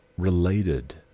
Related